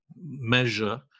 measure